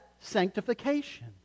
sanctification